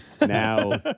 Now